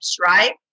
right